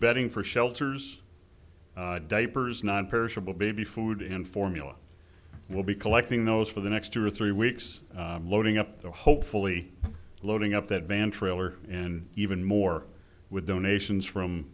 bedding for shelters diapers nonperishable baby food and formula will be collecting those for the next two or three weeks loading up to hopefully loading up that van trailer and even more with donations from